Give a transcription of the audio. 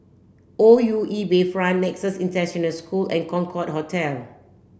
O U E Bayfront Nexus International School and Concorde Hotel